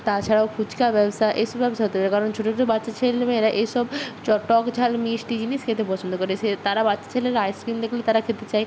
তাছাড়াও ফুচকা ব্যবসা এসব ব্যবসা হতে পারে কারণ ছোটো ছোটো বাচ্চা ছেলে মেয়েরা এই সব চ টক ঝাল মিষ্টি জিনিস খেতে পছন্দ করে সে তারা বাচ্চা ছেলেরা আইসক্রিম দেখলে তারা খেতে চায়